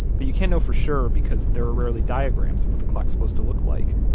but you can't know for sure because there are rarely diagrams of what the clock's supposed to look like.